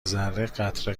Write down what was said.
ذره٬قطره